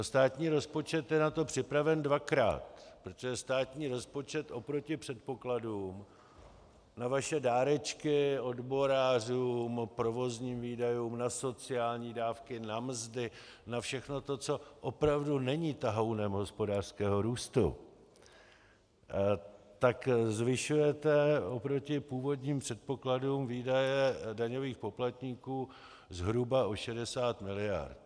Státní rozpočet je na to připraven dvakrát, protože státní rozpočet oproti předpokladům na vaše dárečky odborářům, provozním výdajům, na sociální dávky, na mzdy, na všechno to, co opravdu není tahounem hospodářského růstu, tak zvyšujete oproti původním předpokladům výdaje daňových poplatníků zhruba o 60 mld.